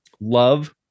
love